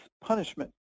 punishment